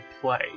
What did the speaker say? play